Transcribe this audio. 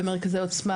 במרכזי עוצמה,